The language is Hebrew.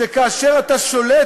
שכאשר אתה שולט,